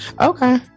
okay